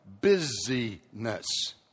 busyness